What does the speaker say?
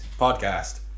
podcast